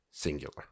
Singular